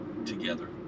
together